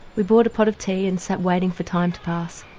we bought a pot of tea and sat waiting for time to pass.